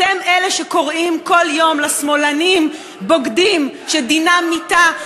אתם אלה שקוראים בכל יום לשמאלנים "בוגדים שדינם מיתה",